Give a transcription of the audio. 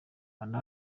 kanda